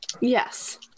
Yes